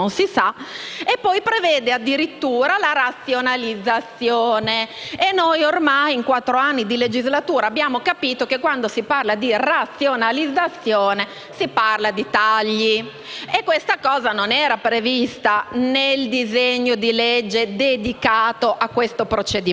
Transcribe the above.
norma prevede addirittura la razionalizzazione, e noi ormai, in quattro anni di legislatura, abbiamo capito che quando si parla di razionalizzazione si parla di tagli. Questo non era previsto nel disegno di legge dedicato a questo procedimento.